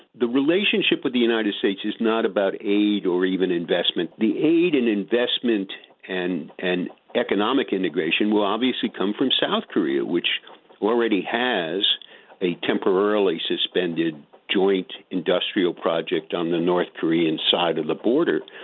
the relationship with the united states is not about aid or even investment. the aid and investment and investment and economic integration will obviously come from south korea, which already has a temporarily suspended joint industrial project on the north korean side of the border.